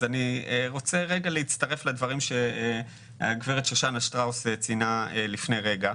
אני רוצה רגע להצטרף לדברים שהגברת שושנה שטראוס ציינה לפני רגע.